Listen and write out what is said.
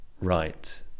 right